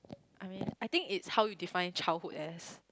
I mean I think it's how you define childhood as